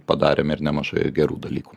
padarėme ir nemažai gerų dalykų